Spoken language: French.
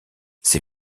ces